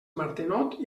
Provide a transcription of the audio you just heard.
martenot